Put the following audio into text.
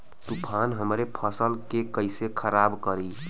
तूफान हमरे फसल के कइसे खराब करी?